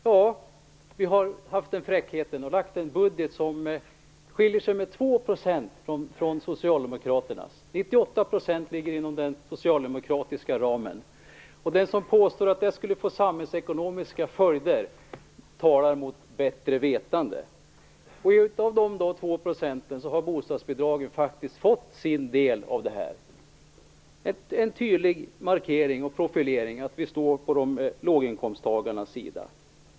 Ja, vi har haft fräckheten att lägga fram en budget som skiljer sig med 2 % från Socialdemokraternas. 98 % ligger inom den socialdemokratiska ramen. Den som påstår att det skulle få samhällsekonomiska följder talar mot sitt bättre vetande. Av dessa 2 % har faktiskt bostadsbidragen fått sin del. Det är en tydlig profilering och markering att vi står på låginkomsttagarnas sida.